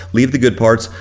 leave the good parts.